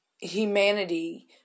humanity